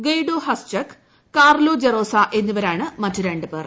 Guido Haschke Carlo Gerosa എന്നിവരാണ് മറ്റ് ര ുപേർ